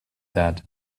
that